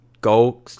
go